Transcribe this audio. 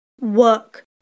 work